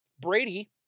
Brady